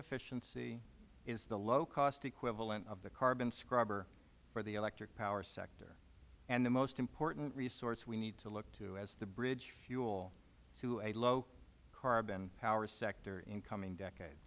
efficiency is the low cost equivalent of the carbon scrubber for the electric power sector and the most important resource we need to look to as the bridge fuel to a low carbon power sector in the coming decades